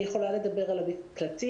אני יכולה לדבר על המקלטים.